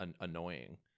annoying